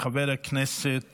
חבר הכנסת